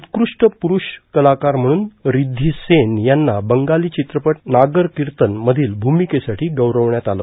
उत्कृष्ट प्रुरूष कलाकार म्हणून रीद्धी सेन यांना बंगाली चित्रपट नागरकिर्तन मधील भ्रमीकेसाठी गौरवण्यात आलं